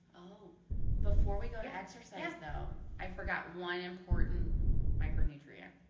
oh before we go to exercise though, i forgot one important micronutrient